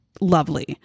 lovely